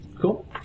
Cool